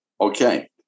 Okay